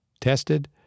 tested